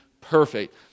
perfect